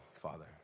Father